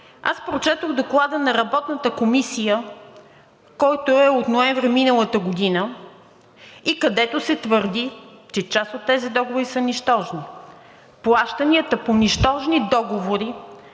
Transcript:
Аз прочетох Доклада на работната комисия, който е от ноември миналата година и където се твърди, че част от тези договори са нищожни. Плащанията по нищожни договори